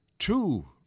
Two